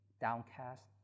downcast